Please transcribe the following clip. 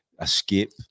escape